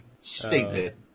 Stupid